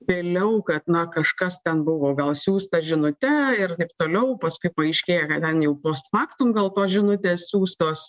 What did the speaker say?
vėliau kad na kažkas ten buvo gal siųsta žinute ir taip toliau paskui paaiškėja kad ten jau post faktum gal tos žinutės siųstos